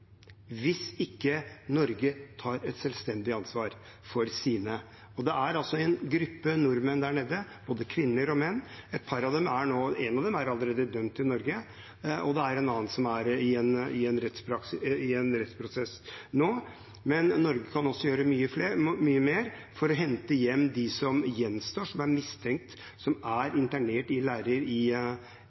hvis ikke Norge tar et selvstendig ansvar for sine. Det er altså en gruppe nordmenn der nede, både kvinner og menn. En av dem er allerede dømt i Norge, og det er en annen som er i en rettsprosess nå. Men Norge kan gjøre mye mer for å hente hjem dem som gjenstår som er mistenkt, som er internert i leirer i